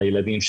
על הילדים.